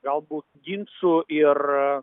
galbūt ginčų ir